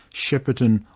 shepparton,